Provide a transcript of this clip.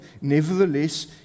Nevertheless